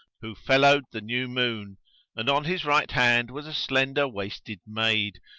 who fellowed the new moon and on his right hand was a slender-waisted maid,